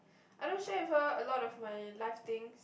I don't share with her a lot of my life things